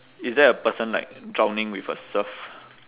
is there a person like drowning with a surf